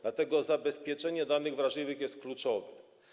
Dlatego zabezpieczenie danych wrażliwych jest kluczowe.